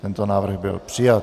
Tento návrh byl přijat.